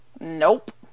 Nope